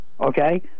okay